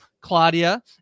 Claudia